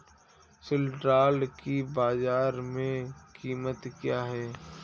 सिल्ड्राल की बाजार में कीमत क्या है?